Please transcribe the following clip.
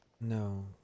No